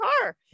car